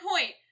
point